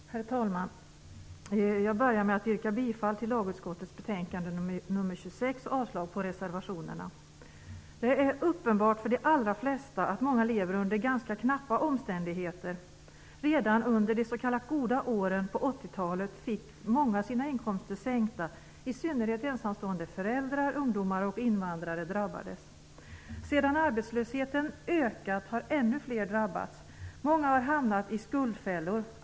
Herr talman! Jag börjar med att yrka bifall till lagutskottets betänkande nr 26 och avslag på reservationerna. Det är uppenbart för de allra flesta att många lever i ganska knappa omständigheter. Redan under de "goda åren" på 80-talet fick många sina inkomster sänkta. I synnerhet ensamstående föräldrar, ungdomar och invandrare drabbades. Sedan arbetslösheten ökat har ännu fler drabbats. Många har hamnat i skuldfällor.